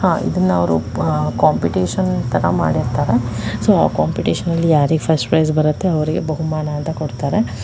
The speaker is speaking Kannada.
ಹಾಂ ಇದನ್ನು ಅವರು ಕಾಂಪಿಟೇಷನ್ ಥರ ಮಾಡಿರ್ತಾರೆ ಸೊ ಆ ಕಾಂಪಿಟೇಷನ್ನಲ್ಲಿ ಯಾರಿಗೆ ಫ಼ಸ್ಟ್ ಪ್ರೈಜ್ ಬರತ್ತೆ ಅವರಿಗೆ ಬಹುಮಾನ ಅಂತ ಕೊಡ್ತಾರೆ